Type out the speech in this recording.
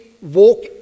walk